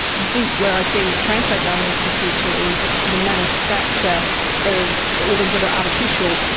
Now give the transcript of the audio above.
i think where i see transplant going into the future is the manufacture of organs that are artificial,